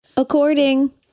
According